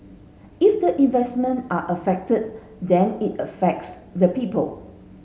if the investment are affected then it affects the people